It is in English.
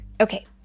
Okay